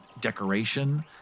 decoration